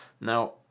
now